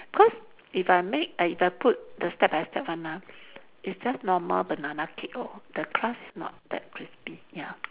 cause if I make eh if I put the step by step one ah it's just normal banana cake lor the crust is not that crispy ya